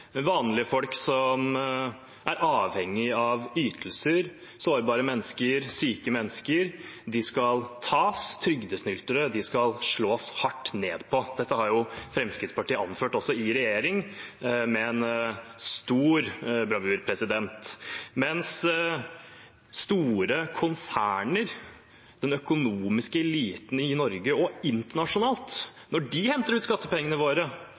vanlige folk som er avhengig av ytelser – sårbare mennesker, syke mennesker. De skal tas, trygdesnyltere skal slås hardt ned på. Dette har Fremskrittspartiet også anført i regjering med stor bravur, mens når store konserner, den økonomiske eliten i Norge og internasjonalt, henter ut skattepengene våre